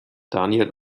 daniel